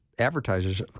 Advertisers